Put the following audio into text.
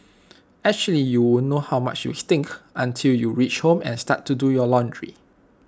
actually you won't know how much you stink until you reach home and start to do your laundry